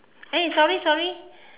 eh sorry sorry